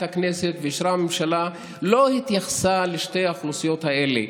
הכנסת ואישרה הממשלה לא התייחסה לשתי האוכלוסיות האלה.